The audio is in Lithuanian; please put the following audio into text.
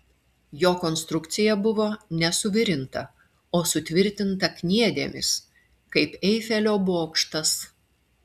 jo konstrukcija buvo ne suvirinta o sutvirtinta kniedėmis kaip eifelio bokštas